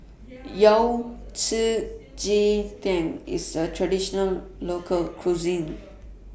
Yao Cai Ji Tang IS A Traditional Local Cuisine